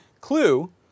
clue